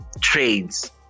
trades